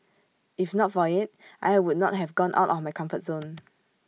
if not for IT I would not have gone out of my comfort zone